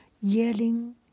Yelling